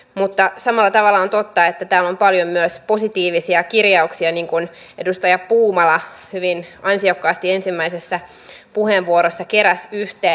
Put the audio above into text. mutta samalla tavalla on totta että täällä on paljon myös positiivisia kirjauksia niin kuin edustaja puumala hyvin ansiokkaasti ensimmäisessä puheenvuorossa keräsi yhteen